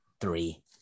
three